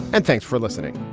and thanks for listening